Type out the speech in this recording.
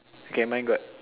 okay mine got